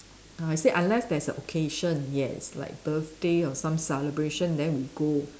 I said unless there's a occasion yes like birthday or some celebration then we go